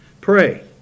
pray